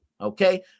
Okay